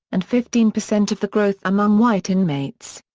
and fifteen percent of the growth among white inmates.